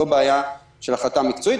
לא בעיה של החלטה מקצועית.